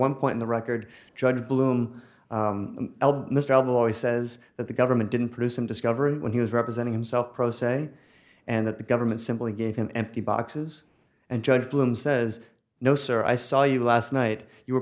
one point in the record judge bloom this trouble always says that the government didn't produce him discovery when he was representing himself pro se and that the government simply gave him empty boxes and judge bloom says no sir i saw you last night you were